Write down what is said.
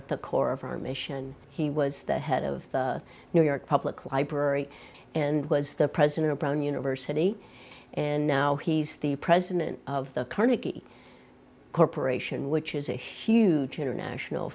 at the core of our mission he was the head of the new york public library and was the president of brown university and now he's the president of the carnegie corporation which is a huge international